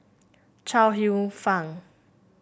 Chuang Hsueh Fang